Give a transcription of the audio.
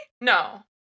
No